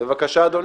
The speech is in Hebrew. בבקשה, אדוני.